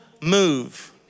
move